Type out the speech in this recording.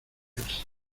creerse